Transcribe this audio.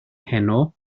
heno